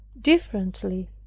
differently